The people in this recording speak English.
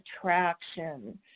attraction